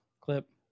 clip